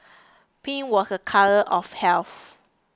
pink was a colour of health